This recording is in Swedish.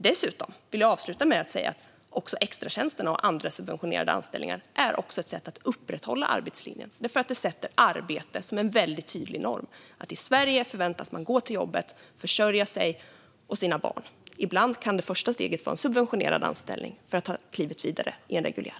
Jag vill avsluta med att säga att extratjänsterna och andra subventionerade anställningar också är ett sätt att upprätthålla arbetslinjen därför att de sätter arbete som en väldigt tydlig norm om att man i Sverige förväntas gå till jobbet och försörja sig och sina barn. Ibland kan det första steget vara en subventionerad anställning för att ta klivet vidare till en reguljär.